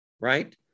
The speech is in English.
right